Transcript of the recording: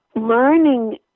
learning